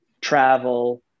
travel